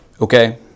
okay